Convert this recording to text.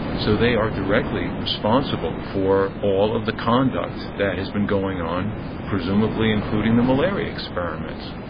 so they are directly responsible for all of the conduct that has been going on presumably including the malaria experiment.